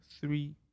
three